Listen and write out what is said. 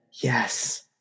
Yes